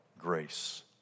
grace